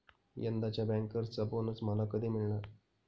यंदाच्या बँकर्सचा बोनस मला कधी मिळणार?